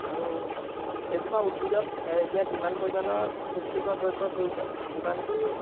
আৰু এজোপা উদ্ভিদত এতিয়া যিমান পৰিমাণৰ পুষ্টিকৰ দ্ৰব্যৰ প্ৰয়োজন সিমানটো